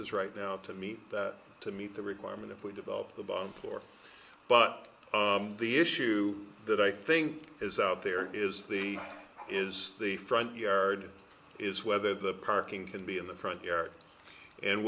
spaces right now to meet that to meet the requirement if we develop the bottom floor but the issue that i think is out there is the is the front yard is whether the parking can be in the front yard and